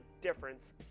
difference